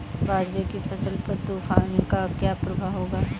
बाजरे की फसल पर तूफान का क्या प्रभाव होगा?